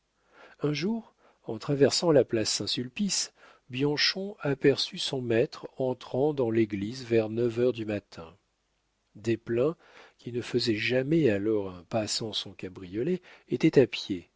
un jour en traversant la place saint-sulpice bianchon aperçut son maître entrant dans l'église vers neuf heures du matin desplein qui ne faisait jamais alors un pas sans son cabriolet était à pied